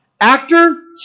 Actor